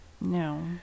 No